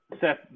Seth